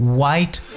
White